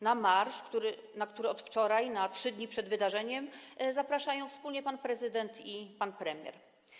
Na marsz, na który od wczoraj, na 3 dni przed wydarzeniem zapraszają wspólnie pan prezydent i pan premier.